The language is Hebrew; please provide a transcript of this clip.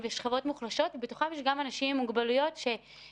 נעלה בהמשך את מפקדת אלון שאתמול